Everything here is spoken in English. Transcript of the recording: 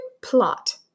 Plot